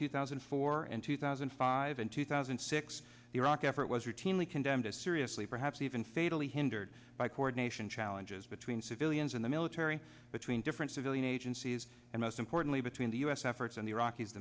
two thousand and four and two thousand and five and two thousand and six iraq after it was routinely condemned as seriously perhaps even fatally hindered by coordination challenges between civilians and the military between different civilian agencies and most importantly between the us efforts and the iraqis